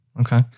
okay